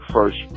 First